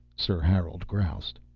sir harold groused.